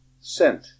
Scent